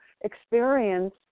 experience